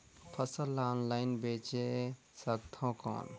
फसल ला ऑनलाइन बेचे सकथव कौन?